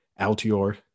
Altior